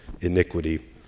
iniquity